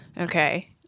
okay